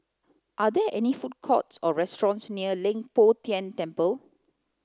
are there any food courts or restaurants near Leng Poh Tian Temple